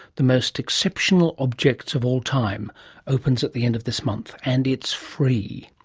the most exceptional objects of all time opens at the end of this month, and it's free.